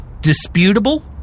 disputable